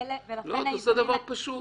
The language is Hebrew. נעשה דבר פשוט